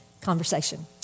conversation